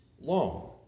long